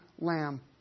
lamb